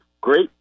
great